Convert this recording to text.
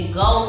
go